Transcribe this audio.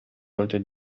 sollte